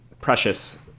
precious